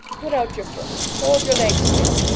put out your foot! hold your leg stiff!